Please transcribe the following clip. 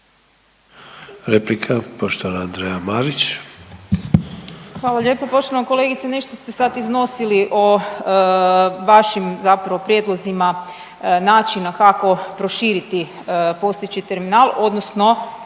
Marić. **Marić, Andreja (SDP)** Hvala lijepa. Poštovan kolegice, nešto ste sad iznosili o vašim zapravo prijedlozima načina kako proširiti postojeći terminal odnosno